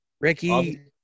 Ricky